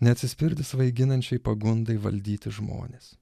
neatsispirti svaiginančiai pagundai valdyti žmones